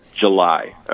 July